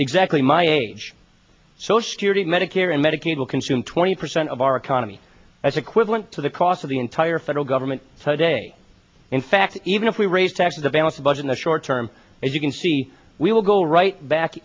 exactly my age social security medicare and medicaid will consume twenty percent of our economy as equivalent to the cost of the entire federal government today in fact even if we raise taxes a balanced budget in the short term as you can see we will go right back